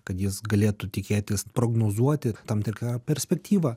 kad jis galėtų tikėtis prognozuoti tam tikrą perspektyvą